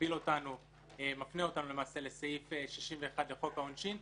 שמפנה אותנו לסעיף 61 לחוק העונשין,